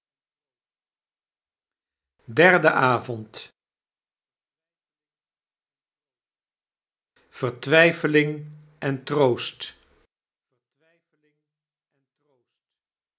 derde avond vertwpfeling en troost